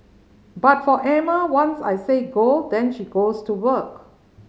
but for Emma once I say go then she goes to work